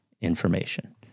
information